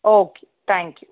okay thank you